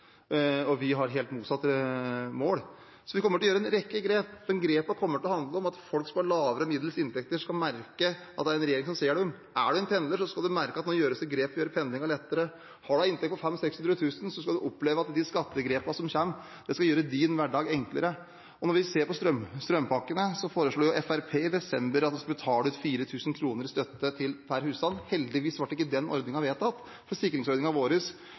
og vi har helt motsatt mål. Så vi kommer til å gjøre en rekke grep, men grepene kommer til å handle om at folk som har lavere og middels inntekter skal merke at det er en regjering som ser dem. Er du en pendler, skal du merke at det nå gjøres grep for å gjøre pendlingen lettere. Har du en inntekt på 500 000–600 000 kr, skal du oppleve at de skattegrepene som kommer, skal gjøre din hverdag enklere. Og når vi ser på strømpakkene, foreslo jo Fremskrittspartiet i desember at vi skulle betale ut 4 000 kr i støtte per husstand. Heldigvis ble ikke den ordningen vedtatt, for sikringsordningen vår